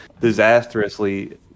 disastrously